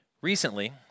Recently